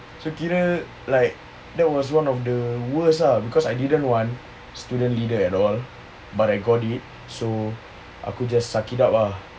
so kira like that was one of the worst because I didn't want student leader at all but I got it so aku just suck it up lah